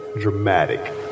dramatic